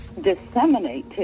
disseminate